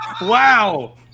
Wow